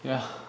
yeah